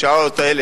בשעות האלה,